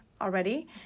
already